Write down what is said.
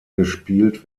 gespielt